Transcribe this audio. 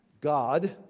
God